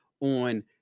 on